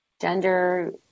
gender